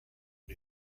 new